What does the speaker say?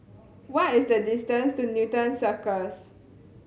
what is the distance to Newton Cirus